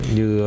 Như